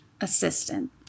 assistant